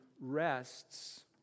rests